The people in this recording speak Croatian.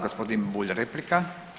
Gospodin Bulj replika.